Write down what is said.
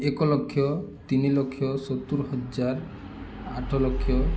ଏକ ଲକ୍ଷ ତିନିି ଲକ୍ଷ ସତୁରି ହଜାର ଆଠ ଲକ୍ଷ